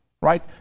right